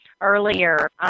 earlier –